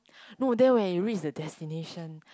no then when you reach the destination